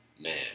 Man